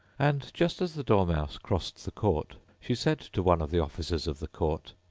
and, just as the dormouse crossed the court, she said to one of the officers of the court,